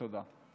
תודה.